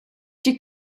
die